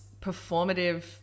performative